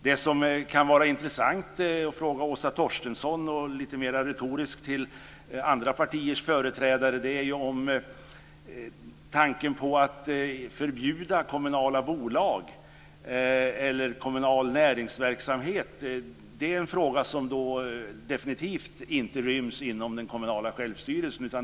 Det kan vara intressant att fråga Åsa Torstensson och även andra partiers företrädare, mer retoriskt, om tanken på att förbjuda kommunala bolag eller kommunal näringsverksamhet. Det är en fråga som definitivt inte ryms inom den kommunala självstyrelsen.